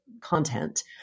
content